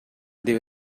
деп